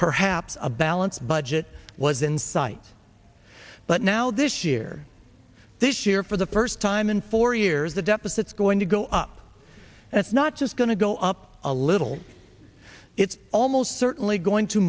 perhaps a balanced budget was in sight but now this year this year for the first time in four years the deficit is going to go up and it's not just going to go up a little it's almost certainly going to